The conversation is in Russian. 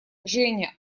женя